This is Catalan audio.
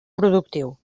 productiu